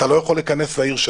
אתה לא יכול להיכנס לעיר שלנו.